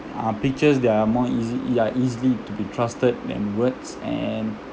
uh pictures they are more easy ya easily to be trusted than words and